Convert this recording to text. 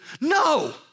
No